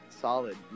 solid